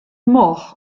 moħħ